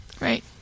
Right